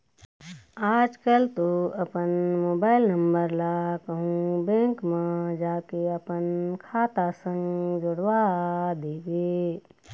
आजकल तो अपन मोबाइल नंबर ला कहूँ बेंक म जाके अपन खाता संग जोड़वा देबे